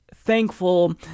thankful